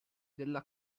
della